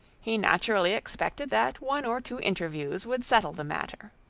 he naturally expected that one or two interviews would settle the matter.